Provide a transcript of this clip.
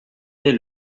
dès